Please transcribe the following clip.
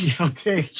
Okay